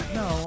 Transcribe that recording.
no